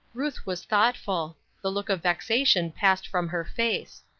ruth was thoughtful the look of vexation passed from her face.